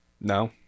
No